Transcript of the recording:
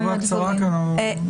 אז תגובה קצרה, כי אנחנו צריכים לסיים.